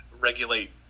regulate